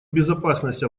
безопасность